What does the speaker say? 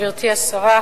גברתי השרה,